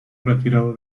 retirado